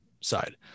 side